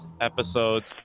episodes